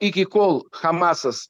iki kol hamasas